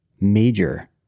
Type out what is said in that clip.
major